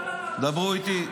דברו איתי,